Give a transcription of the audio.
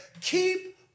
keep